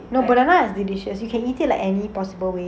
ya banana is delicious you can eat it like any possible way